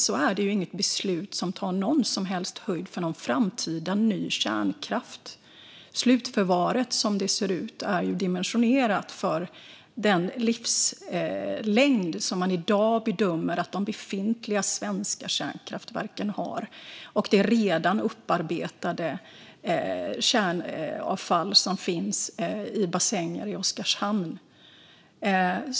Det är inget beslut som tar någon som helst höjd för någon framtida ny kärnkraft. Slutförvaret som det ser ut är ju dimensionerat för den livslängd som man i dag bedömer att de befintliga svenska kärnkraftverken har och det redan upparbetade kärnavfall som finns i bassänger i Oskarshamn.